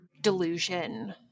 delusion